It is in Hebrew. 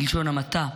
בלשון המעטה,